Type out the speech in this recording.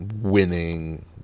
winning